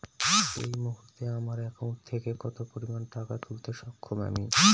এই মুহূর্তে আমার একাউন্ট থেকে কত পরিমান টাকা তুলতে সক্ষম আমি?